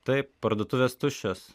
taip parduotuves tuščias